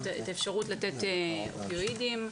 האפשרות לתת פיואידים,